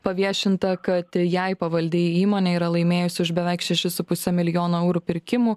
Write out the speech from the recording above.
paviešinta kad jai pavaldi įmonė yra laimėjusi už beveik šešis su puse milijono eurų pirkimų